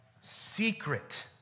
secret